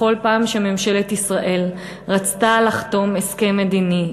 בכל פעם שממשלת ישראל רצתה לחתום על הסכם מדיני,